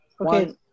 okay